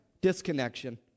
Disconnection